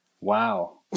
Wow